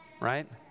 right